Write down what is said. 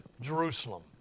Jerusalem